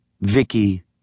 Vicky